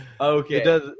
Okay